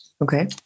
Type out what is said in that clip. Okay